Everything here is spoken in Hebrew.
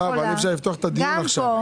אי אפשר לפתוח את הדיון עכשיו.